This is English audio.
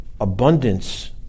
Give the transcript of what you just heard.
abundance